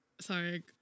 sorry